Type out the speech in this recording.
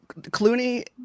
clooney